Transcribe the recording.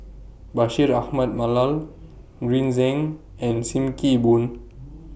Bashir Ahmad Mallal Green Zeng and SIM Kee Boon